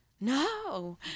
No